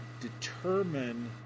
determine